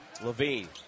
Levine